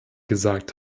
gesagt